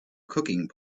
cooking